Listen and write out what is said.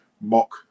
mock